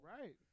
Right